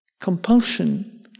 compulsion